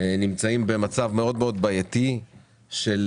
אנחנו נמצאים במצב בעייתי מאוד,